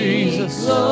Jesus